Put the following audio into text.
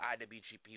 IWGP